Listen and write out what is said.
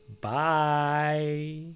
Bye